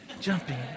Jumping